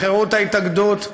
בחירות ההתאגדות,